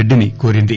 రెడ్డిని కోరింది